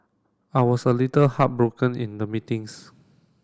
I was a little heartbroken in the meetings